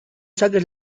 saques